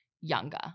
younger